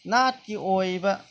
ꯅꯥꯠꯀꯤ ꯑꯣꯏꯕ